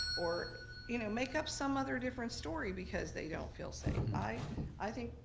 or you know, make up some other different story, because they don't feel safe. i i think,